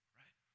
right